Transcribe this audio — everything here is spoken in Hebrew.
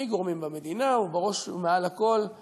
מגורמים במדינה, ומעל הכול מבתי-המשפט,